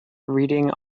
reading